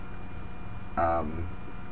um